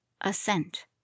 assent